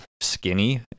skinny